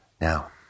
Now